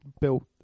built